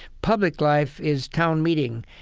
public life is town meeting,